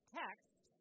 text